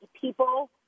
people